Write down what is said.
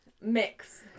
mix